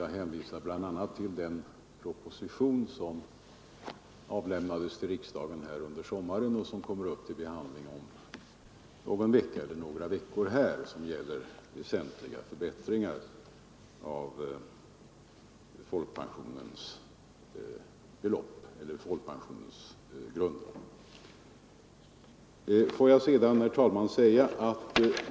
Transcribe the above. Jag hänvisar bl.a. till den proposition som avlämnades till riksdagen under sommaren och som kommer upp till behandling om några veckor. Den gäller väsentliga förbättringar av folkpensionsförmånerna.